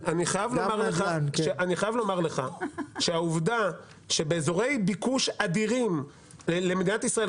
--- אני חייב לומר לך שהעובדה שבאזורי ביקוש אדירים למדינת ישראל,